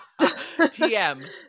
TM